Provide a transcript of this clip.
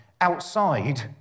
outside